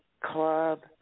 club